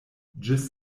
ĝis